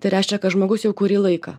tai reiškia kad žmogus jau kurį laiką